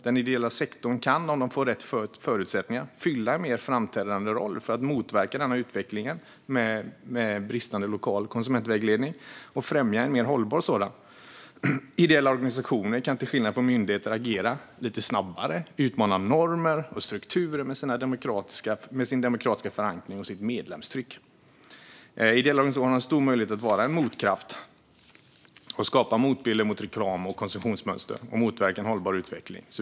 Den ideella sektorn kan, om den får rätt förutsättningar, fylla en mer framträdande roll för att motverka utvecklingen med bristande lokal konsumentvägledning och främja en mer hållbar sådan. Ideella organisationer kan till skillnad från myndigheter agera lite snabbare och utmana normer och strukturer med sin demokratiska förankring och sitt medlemstryck. Ideella organisationer har stor möjlighet att vara en motkraft och skapa motbilder mot reklam och konsumtionsmönster och verka för en hållbar utveckling.